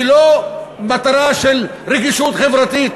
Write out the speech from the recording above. היא לא מטרה של רגישות חברתית.